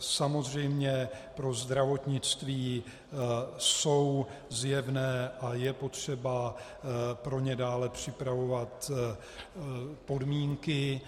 Samozřejmě benefity pro zdravotnictví jsou zjevné a je potřeba pro ně dále připravovat podmínky.